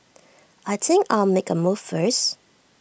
I think I'll make A move first